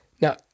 Now